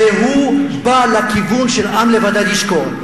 והוא בא לכיוון של "עם לבדד ישכון".